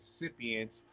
recipients